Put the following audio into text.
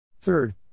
Third